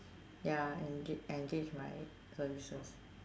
ya engage engage my services